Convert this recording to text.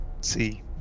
see